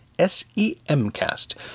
S-E-M-Cast